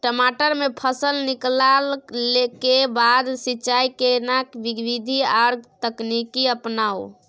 टमाटर में फल निकलला के बाद सिंचाई के केना विधी आर तकनीक अपनाऊ?